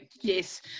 Yes